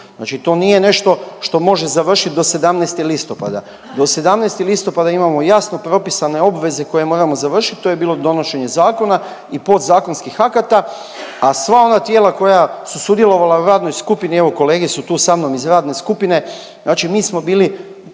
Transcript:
znači to nije nešto što može završit do 17. listopada, do 17. listopada imamo jasno propisane obveze koje moramo završit, to je bilo donošenje zakona i podzakonskih akata. A sva ona tijela koja su sudjelovala u radnoj skupini, evo kolege su tu sa mnom iz radne skupine, znači mi smo bili,